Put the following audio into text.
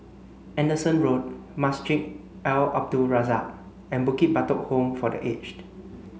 Anderson Road Masjid Al Abdul Razak and Bukit Batok Home for the Aged